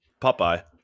Popeye